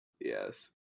yes